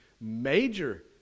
major